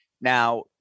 Now